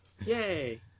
Yay